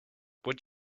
would